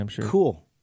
Cool